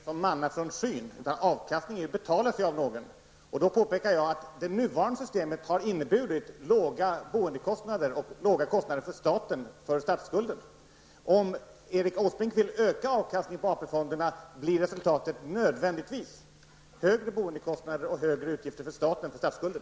Herr talman! Avkastningen är ju inte någonting som faller ned som manna från skyn, utan den måste betalas av någon. Därför påpekade jag att det nuvarande systemet har inneburit låga boendekostnader och låga kostnader för staten när det gäller statsskulden. Om Erik Åsbrink vill öka avkastningen på AP-fonderna, blir resultatet nödvändigtvis högre boendekostnader och högre utgifter för staten när det gäller statsskulden.